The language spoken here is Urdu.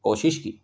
کوشش کی